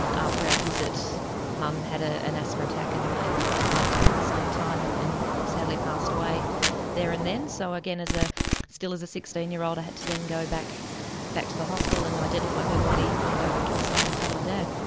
after our visit mum had ah an asthma attack and and a heart attack at the same time, and and sadly passed away there and then. so again, ah still as a sixteen year old i had to then go back back to the hospital and identify her body, then go back inside and tell my dad.